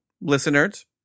listeners